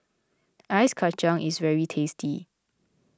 Ice Kachang is very tasty